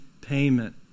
payment